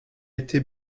été